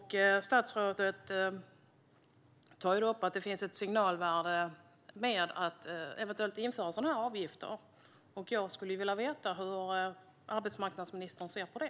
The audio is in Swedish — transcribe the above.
Statsrådet tar där upp att det finns ett signalvärde i att eventuellt införa sådana avgifter, och jag skulle vilja veta hur arbetsmarknadsministern ser på det.